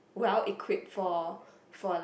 well equipped for for like